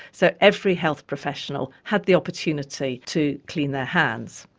so every health professional had the opportunity to clean their hands.